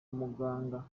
muganga